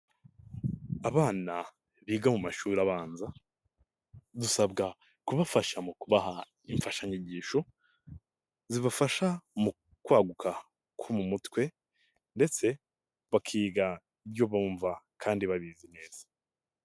Abana biga mu mashuri abanza dusabwa kubafasha mu kubaha imfashanyigisho zibafasha mu kwaguka mu mutwe ndetse bakiga ibyo bumva kandi babizi neza.